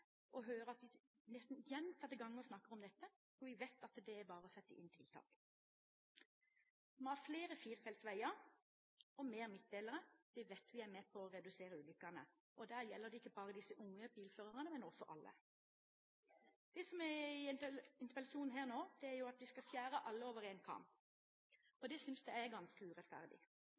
og høre at vi gjentatte ganger snakker om dette, når vi vet at det bare er å sette inn tiltak. Vi må ha flere firefelts veier, flere midtdelere – det vet vi er med på å redusere antall ulykker. Da gjelder det ikke bare disse unge bilførerne, men oss alle. Det som kommer fram i interpellasjonsdebatten her, er at vi skal skjære alle over en kam. Det synes jeg er ganske urettferdig.